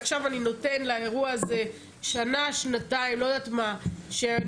עכשיו אתה נותן לאירוע הזה שנה או שנתיים עד שתבואו